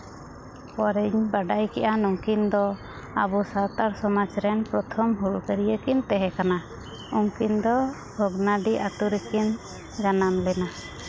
ᱯᱚᱨᱮᱧ ᱵᱟᱰᱟᱭ ᱠᱮᱜᱼᱟ ᱱᱩᱝᱠᱤᱱ ᱫᱚ ᱟᱵᱚ ᱥᱟᱱᱛᱟᱲ ᱥᱚᱢᱟᱡᱽ ᱨᱮᱱ ᱯᱨᱚᱛᱷᱚᱢ ᱦᱩᱞᱜᱟᱹᱨᱭᱟᱹ ᱠᱤᱱ ᱛᱟᱦᱮᱸᱠᱟᱱᱟ ᱩᱝᱠᱤᱱ ᱫᱚ ᱵᱷᱚᱜᱽᱱᱟᱰᱤ ᱟᱹᱛᱩ ᱨᱮᱠᱤᱱ ᱡᱟᱱᱟᱢ ᱞᱮᱱᱟ